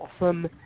awesome